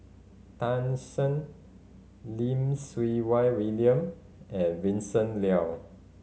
Tan Shen Lim Siew Wai William and Vincent Leow